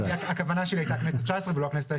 הכוונה שלי הייתה הכנסת ה-19 ולא הכנסת ה-20.